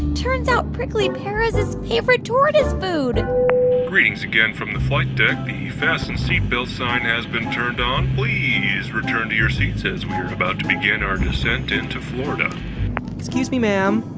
turns out prickly pear is his favorite tortoise food greetings again from the flight deck. the fasten seat belt sign has been turned on. please return to your seats, as we're about to begin our descent into florida excuse me, ma'am,